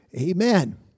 Amen